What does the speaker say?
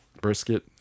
brisket